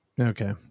Okay